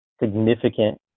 Significant